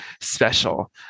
special